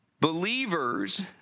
believers